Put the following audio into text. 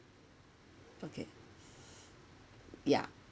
okay ya